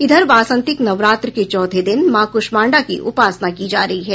इधर वासंतिक नवरात्र के चौथे दिन मां कूष्माण्डा की उपासना की जा रही है